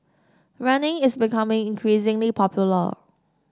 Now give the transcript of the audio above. running is becoming increasingly popular